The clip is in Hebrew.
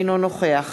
אינו נוכח